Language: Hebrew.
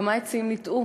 כמה עצים ניטעו?